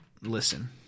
listen